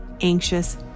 anxious